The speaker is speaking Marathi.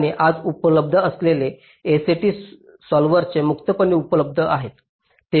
आणि आज उपलब्ध असलेले SAT सॉल्व्हर्स मुक्तपणे उपलब्ध आहेत